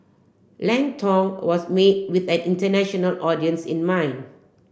Lang Tong was made with an international audience in mind